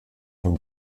vom